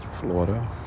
Florida